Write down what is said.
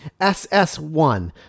ss1